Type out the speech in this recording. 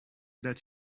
that